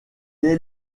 est